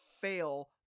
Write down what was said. fail